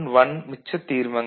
F1 0 x3 xN x2